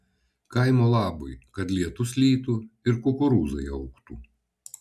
kaimo labui kad lietus lytų ir kukurūzai augtų